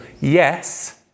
yes